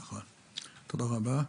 נכון, תודה רבה.